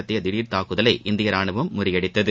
நடத்திய திடீர் தாக்குதலை இந்திய ராணுவம் முறியடித்தது